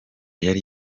yari